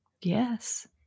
Yes